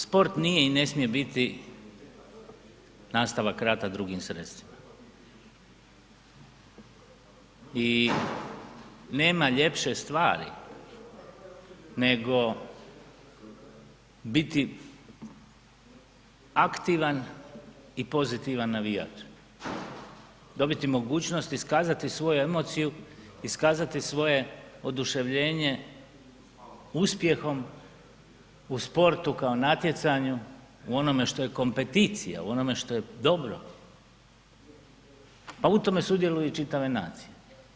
Sport nije i ne smije biti nastavak rata drugim sredstvima i nema ljepše stvari nego biti aktivan i pozitivan navijač, dobiti mogućnost i iskazati svoju emociju, iskazati svoje oduševljenje uspjehom u sportu kao natjecanju u onome što je kompeticija, u onome što je dobro, pa u tome sudjeluju i čitave nacije.